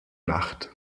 nacht